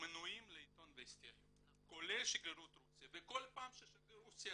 מנויות על עיתון וסטי היום כולל שגרירות רוסיה וכל פעם ששגריר רוסיה